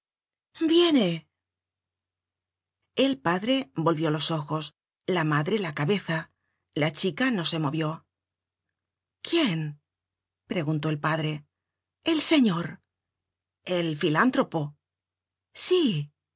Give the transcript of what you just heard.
viene el padre volvió los ojos la madre la cabeza la chica no se movió quién preguntó el padre el señor el filántropo sí